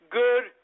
good